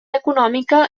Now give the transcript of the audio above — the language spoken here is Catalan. econòmica